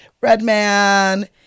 Redman